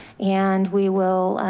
and we will